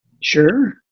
Sure